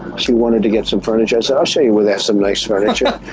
she wanted to get some furniture. i said, i'll show you where there's some nice furniture.